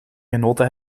genoten